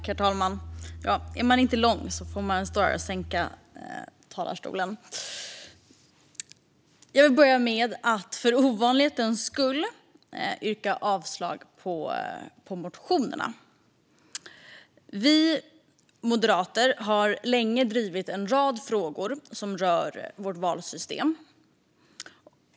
Herr talman! Jag vill börja med att för ovanlighets skull yrka avslag på motionerna. Vi moderater har länge drivit en rad frågor som rör vårt valsystem.